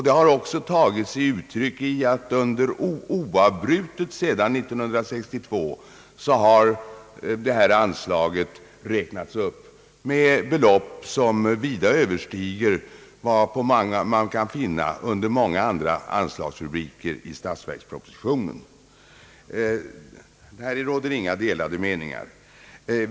Det har också tagit sig uttryck i att detta anslag oavbrutet sedan 1962 har räknats upp med belopp som vida överstiger vad man kan finna under många andra anslagsrubriker i statsverkspropositionen. Här råder inga delade meningar.